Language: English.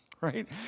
right